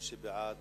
מי שבעד,